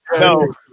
no